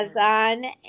Amazon